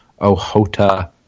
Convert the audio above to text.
Ohota